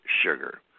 sugar